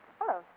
hello